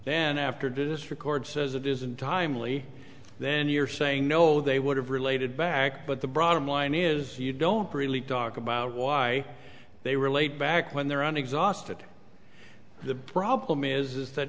then after this record says it isn't timely then you're saying no they would have related back but the broad line is you don't really talk about why they were late back when they're on exhausted the problem is that